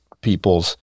people's